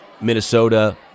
Minnesota